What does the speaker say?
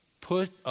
put